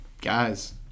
guys